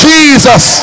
Jesus